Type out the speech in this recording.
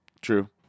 True